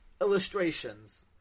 illustrations